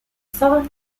song